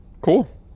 cool